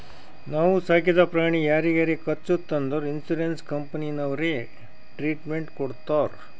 ನಾವು ಸಾಕಿದ ಪ್ರಾಣಿ ಯಾರಿಗಾರೆ ಕಚ್ಚುತ್ ಅಂದುರ್ ಇನ್ಸೂರೆನ್ಸ್ ಕಂಪನಿನವ್ರೆ ಟ್ರೀಟ್ಮೆಂಟ್ ಕೊಡ್ತಾರ್